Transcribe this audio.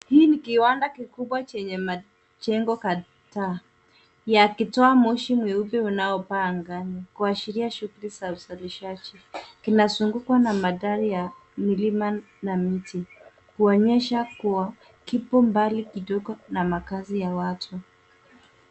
Hii ni kiwanda kikubwa chenye majengo kadhaa yakitoa moshi mweupe unaopaa angani kuashiria shuguli za usafishaji, inazungukwa na mandhari ya milima na miti kuonyesha kuwa kipo mbali kidogo na makaazi ya watu.